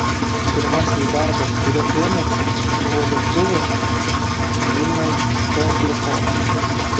pirmasis darbas kurio ėmėsi buvo lietuvių vilniaus kanklių choras